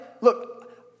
Look